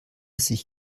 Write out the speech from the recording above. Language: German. sich